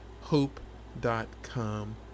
hope.com